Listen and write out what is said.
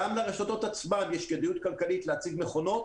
גם לרשתות עצמן יש כדאיות כלכלית להציב מכונות.